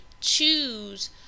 choose